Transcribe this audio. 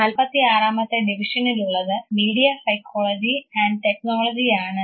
46 ആമത്തെ ഡിവിഷനിലുള്ളത് media psychology and technology ആണ്